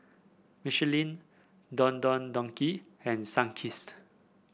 Michelin Don Don Donki and Sunkist